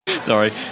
Sorry